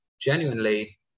genuinely